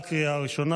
לקריאה הראשונה.